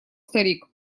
старик